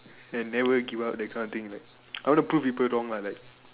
and never give up that kind of things like I want to prove people wrong lah like